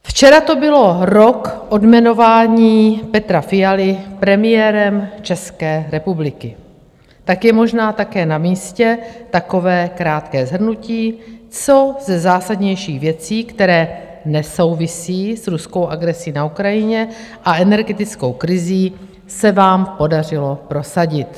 Včera to byl rok od jmenování Petra Fialy premiérem České republiky, tak je možná také namístě takové krátké shrnutí, co ze zásadnějších věcí, které nesouvisejí s ruskou agresí na Ukrajině a energetickou krizí, se vám podařilo prosadit.